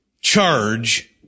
charge